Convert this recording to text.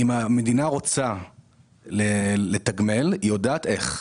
אם המדינה רוצה לתגמל היא יודעת איך,